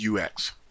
UX